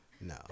No